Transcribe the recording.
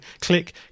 click